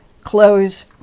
close